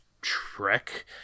trek